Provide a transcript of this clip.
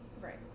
right